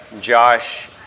Josh